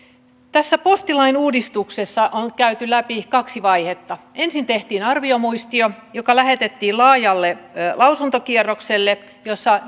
tässä postilain uudistuksessa on käyty läpi kaksi vaihetta ensin tehtiin arviomuistio joka lähetettiin laajalle lausuntokierrokselle jossa